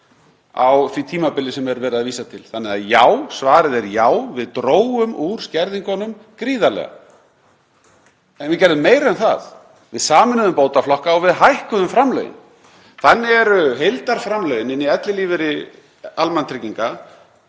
á því tímabili sem er verið að vísa til. Þannig að já, svarið er já, við drógum gríðarlega úr skerðingunum. En við gerðum meira en það. Við sameinuðum bótaflokka og við hækkuðum framlögin. Þannig eru heildarframlögin inn í ellilífeyri almannatrygginga